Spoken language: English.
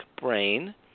brain